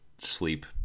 sleep